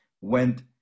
went